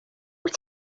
wyt